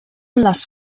les